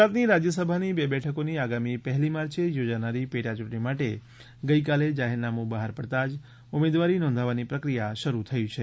ગુજરાતની રાજયસભાની બે બેઠકોની આગામી પહેલી માર્ચે યોજાનારી પેટા યૂંટણી માટે ગઇકાલે જાહેરનામુ બહાર પડતાં જ ઉમેદવારી નોંધાવવાની પ્રક્રિયા શરૂ થઈ છે